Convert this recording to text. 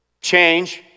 change